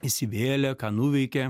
įsivėlė ką nuveikė